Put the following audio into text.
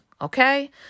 Okay